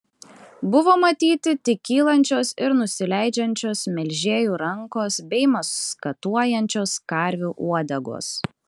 buvo matyti tik kylančios ir nusileidžiančios melžėjų rankos bei maskatuojančios karvių uodegos